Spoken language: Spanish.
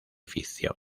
ficción